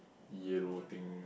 yellow thing